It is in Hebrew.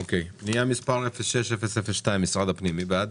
אוקיי, פנייה מספר 06-002 משרד הפנים, מי בעד?